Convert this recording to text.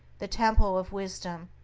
the temple of wisdom,